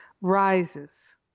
rises